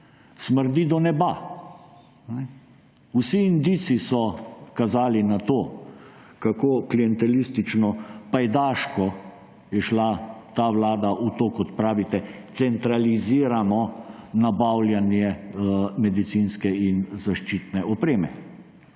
smrdi do neba. Vsi indici so kazali na to, kako klientelistično, pajdaško je šla ta vlada v to, kot pravite, centralizirano nabavljanje medicinske in zaščitne opreme.